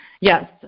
yes